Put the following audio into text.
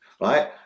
right